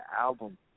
album